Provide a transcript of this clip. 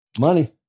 money